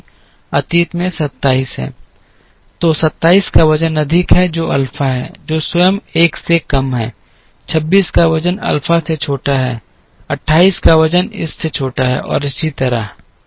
तो 27 का वजन अधिक है जो अल्फा है जो स्वयं 1 से कम है 26 का वजन अल्फा से छोटा है 28 का वजन इस से छोटा है और इसी तरह